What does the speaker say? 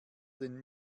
denn